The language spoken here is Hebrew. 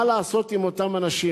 מה לעשות עם אותם אנשים?